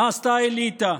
מה עשתה האליטה?